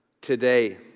Today